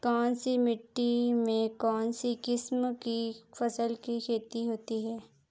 कौनसी मिट्टी में कौनसी किस्म की फसल की खेती होती है?